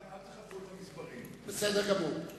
ועדת הקלפי למניית קולות המצביעים לבחירת נציגי הכנסת לוועדת